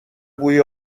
بوی